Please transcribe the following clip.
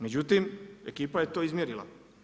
Međutim, ekipa je to izmjerila.